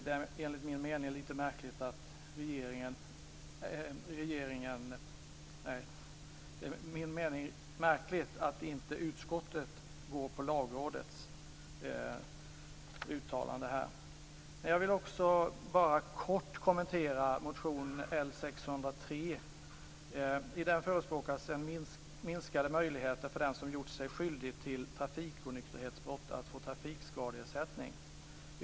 Det är enligt min mening lite märkligt att inte utskottet går på Lagrådets uttalande. Jag vill också helt kort kommentera motion L603. I den förespråkas minskade möjligheter för den som gjort sig skyldig till trafikonykterhetsbrott att få trafikskadeersättning.